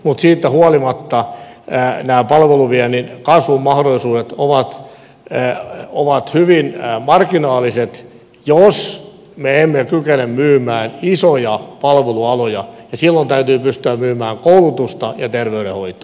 mutta siitä huolimatta nämä palveluviennin kasvumahdollisuudet ovat hyvin marginaaliset jos me emme kykene myymään isoja palvelualoja ja silloin täytyy pystyä myymään koulutusta ja terveydenhoitoa